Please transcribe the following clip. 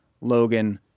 Logan